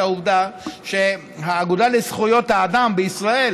העובדה שהאגודה לזכויות האזרח בישראל